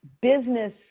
business